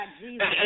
Jesus